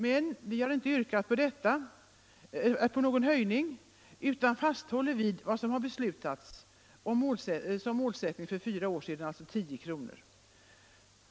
Men vi har inte yrkat på någon höjning utan fasthåller vid vad som beslutades som målsättning för fyra år sedan; alltså 10 kr.